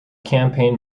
campaign